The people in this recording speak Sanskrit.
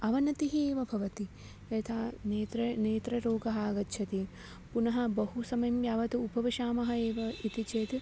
अवनतिः एव भवति यथा नेत्रे नेत्ररोगाः आगच्छन्ति पुनः बहु समयं यावत् उपविशामः एव इति चेत्